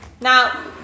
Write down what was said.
Now